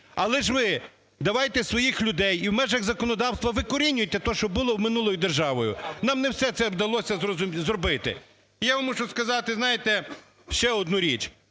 Але ж ви давайте своїх людей і в межах законодавства викорінюйте те, що було минулою державою, нам не все це вдалося зробити. Я вам мушу сказати, знаєте, ще одну річ.